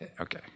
Okay